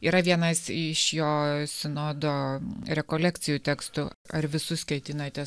yra vienas iš jo sinodo rekolekcijų tekstų ar visus ketinate